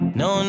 no